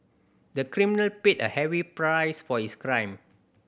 the criminal paid a heavy price for his crime